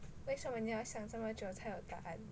为什么你要想这么久才有答案